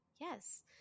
yes